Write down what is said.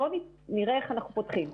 בואו נראה איך אנחנו פותחים,